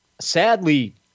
sadly